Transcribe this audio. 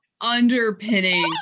underpinning